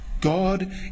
God